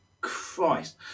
Christ